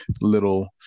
little